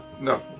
No